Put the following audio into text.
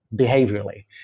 behaviorally